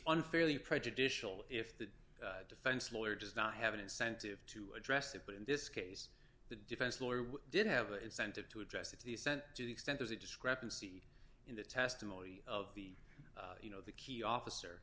unfairly prejudicial if the defense lawyer does not have an incentive to address that but in this case the defense lawyer did have an incentive to address if he sent to the extent of the discrepancy in the testimony of the you know the key officer